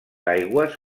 aigües